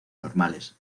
normales